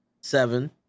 seven